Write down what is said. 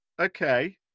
Okay